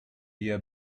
year